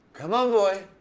come on, boy.